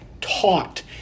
taught